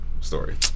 story